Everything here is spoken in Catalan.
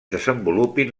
desenvolupin